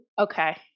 Okay